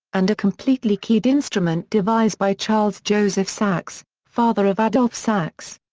and a completely keyed instrument devised by charles-joseph sax, father of adolphe sax.